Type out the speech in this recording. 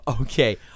Okay